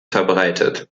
verbreitet